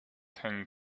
ten